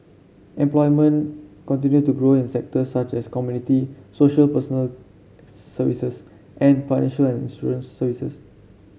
employment continued to grow in sectors such as community social personal services and financial and insurance services